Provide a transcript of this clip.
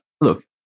Look